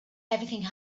everything